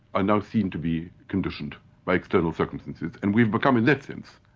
are now seen to be conditioned by external circumstances, and we've become in that sense,